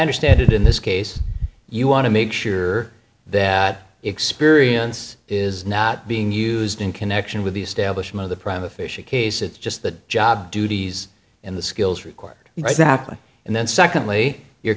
understand it in this case you want to make sure that experience is not being used in connection with the establishment the prime official case it's just the job duties and the skills required exactly and then secondly you're